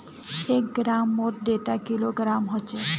एक ग्राम मौत कैडा किलोग्राम होचे?